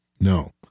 No